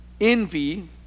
envy